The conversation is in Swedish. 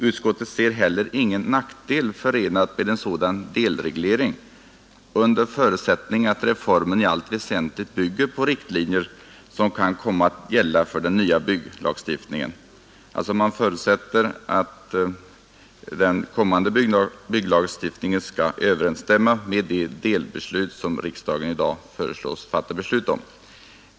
Utskottet ser heller ingen nackdel vara förenad med en sådan delreglering under förutsättning att reformen i allt väsentligt bygger på riktlinjer som kan antas komma att gälla för den nya bygglagstiftningen.” Man förutsätter alltså att den kommande bygglagstiftningen skall överensstämma med de delbeslut som riksdagen i dag föreslås fatta.